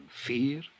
fear